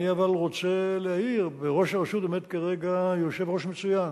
אבל אני רוצה להעיר שבראש הרשות עומד כרגע יושב-ראש מצוין,